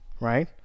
right